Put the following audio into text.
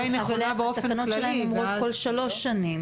-- התקנות שלהם אומרות כול שלוש שנים